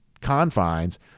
confines